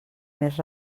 més